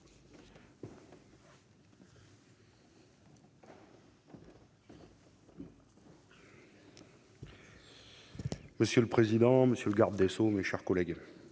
Monsieur le président, monsieur le garde des sceaux, mes chers collègues,